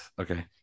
Okay